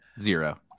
Zero